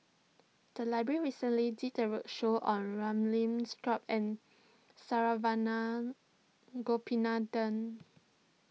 the library recently did a roadshow on Ramli Sarip and Saravanan Gopinathan